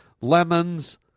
lemons